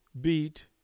beat